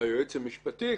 ליועץ המשפטי,